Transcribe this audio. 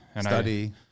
Study